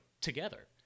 together